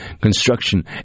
Construction